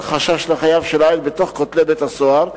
חשש לחייו של העד בין כותלי בית-הסוהר,